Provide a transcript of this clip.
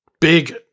big